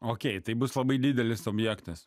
o jei tai bus labai didelis objektas